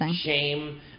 shame